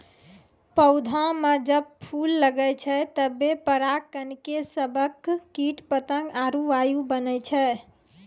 पौधा म जब फूल लगै छै तबे पराग कण के सभक कीट पतंग आरु वायु बनै छै